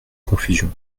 confusion